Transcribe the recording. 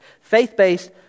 Faith-based